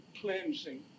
cleansing